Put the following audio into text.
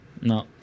No